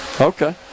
Okay